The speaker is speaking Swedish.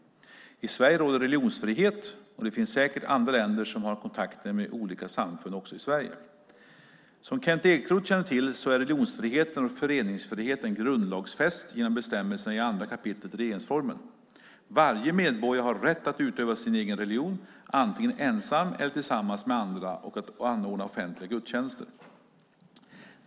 I Sverige råder religionsfrihet, och det finns säkert andra länder som har kontakter med olika samfund i Sverige. Som Kent Ekeroth känner till är religionsfriheten och föreningsfriheten grundlagsfäst genom bestämmelserna i 2 kap. regeringsformen. Varje medborgare har rätt att utöva sin egen religion, antingen ensam eller tillsammans med andra, och att anordna offentliga gudstjänster.